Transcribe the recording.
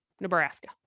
Nebraska